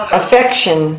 affection